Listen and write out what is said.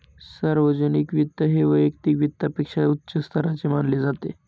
सार्वजनिक वित्त हे वैयक्तिक वित्तापेक्षा उच्च स्तराचे मानले जाते